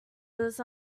was